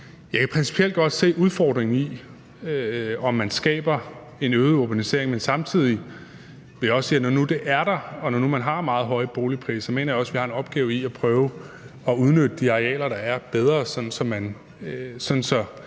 godt kan se udfordringen, med hensyn til om man skaber en øget urbanisering, men samtidig vil jeg også sige, at når nu det er der, og når nu man har meget høje boligpriser, så mener jeg også, at vi har en opgave i at prøve at udnytte de arealer, der er, bedre, sådan